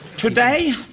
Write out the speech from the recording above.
Today